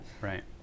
right